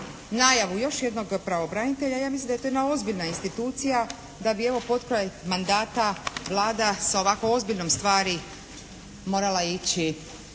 najavu još jednog pravobranitelja. Ja mislim da je to jedna ozbiljna institucija, da bi ovo potkraj mandata Vlada sa ovako ozbiljnom stvari morala ići